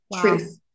truth